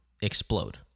explode